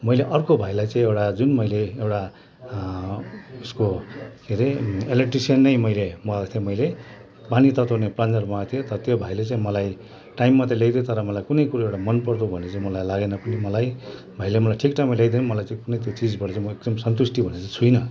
मैले अर्को भाइलाई चाहिँ एउटा जुन मैले एउटा उसको के अरे इलेक्ट्रिसियन नै मैले मगाएको थिएँ मैले पानी तताउने पाँच जोर मगाएको थिएँ तर त्यो भाइले चाहिँ मलाई टाइममा त ल्याइदियो तर मलाई कुनै कुरो एउटा मन पर्दो भन्ने चाहिँ मलाई लागेन कुनै मलाई भाइले मलाई ठिक टाइममा ल्याइदिएर नि मलाई चाहिँ कुनै त्यो चिजबाट चाहिँ म एकदम सन्तुष्टि भने चाहिँ छुइनँ